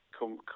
come